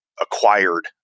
acquired